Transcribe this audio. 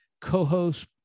co-host